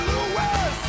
Louis